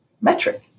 metric